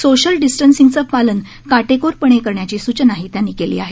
social डिस्टन्सिंगचं पालन काटेकोरपणे करण्याची सुचनाही त्यांनी केली आहे